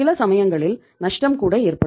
சில சமயங்களில் நஷ்டம் கூட ஏற்படும்